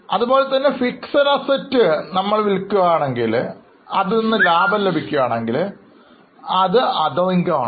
അതുപോലെതന്നെ നമ്മളുടെ Fixed asset വിൽക്കുകയായിരുന്നു എങ്കിൽ അതിൽ നിന്നു ലഭിച്ച ലാഭത്തെ Other income ഉദാഹരണമാണ്